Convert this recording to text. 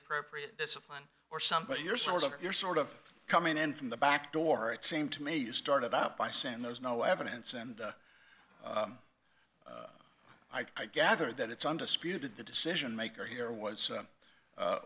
appropriate discipline or somebody you're sort of you're sort of coming in from the back door it seemed to me you started out by saying there's no evidence and i gather that it's undisputed the decision maker here was